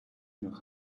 nach